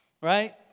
Right